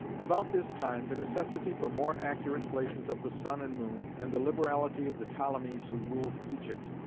about this time the necessity for more accurate places of the sun and moon, and the liberality of the ptolemys who ruled egypt,